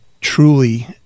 truly